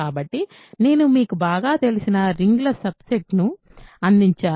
కాబట్టి నేను మీకు బాగా తెలిసిన రింగ్ల సబ్ సెట్ ను అందించాను